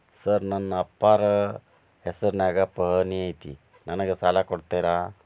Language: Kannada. ಸರ್ ನನ್ನ ಅಪ್ಪಾರ ಹೆಸರಿನ್ಯಾಗ್ ಪಹಣಿ ಐತಿ ನನಗ ಸಾಲ ಕೊಡ್ತೇರಾ?